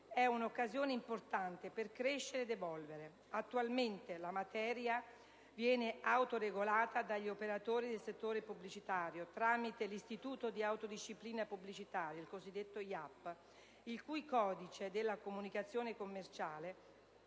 è un'occasione importante per crescere ed evolvere. Attualmente, la materia viene autoregolata dagli operatori del settore pubblicitario tramite l'Istituto di autodisciplina pubblicitaria (IAP), il cui codice della comunicazione commerciale